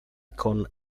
con